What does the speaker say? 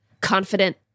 confident